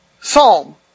psalm